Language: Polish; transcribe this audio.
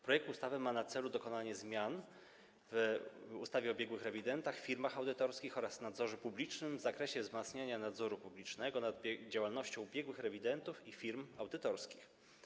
Projekt ustawy ma na celu dokonanie zmian w ustawie o biegłych rewidentach, firmach audytorskich oraz nadzorze publicznym w zakresie wzmocnienia nadzoru publicznego nad działalnością biegłych rewidentów i firm audytorskich.